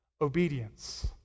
obedience